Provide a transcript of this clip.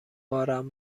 بارم